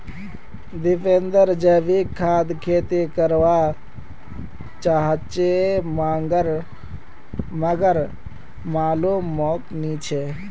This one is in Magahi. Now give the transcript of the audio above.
दीपेंद्र जैविक खाद खेती कर वा चहाचे मगर मालूम मोक नी छे